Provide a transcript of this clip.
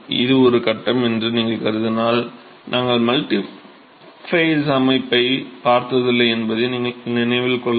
இது ஒரு கட்டம் என்று நீங்கள் கருதினால் நாங்கள் மல்டிஃபேஸ் அமைப்பைப் பார்த்ததில்லை என்பதை நினைவில் கொள்ளவும்